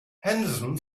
henderson